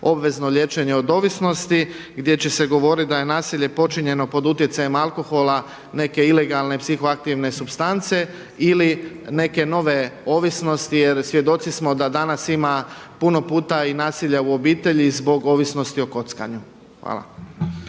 obvezno liječenje od ovisnosti gdje će se govoriti da je nasilje počinjeno pod utjecajem alkohola, neke ilegalne psihoaktivne supstance ili neke nove ovisnosti. Jer svjedoci smo da danas ima puno puta i nasilja u obitelji zbog ovisnosti o kockanju. Hvala.